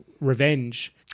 revenge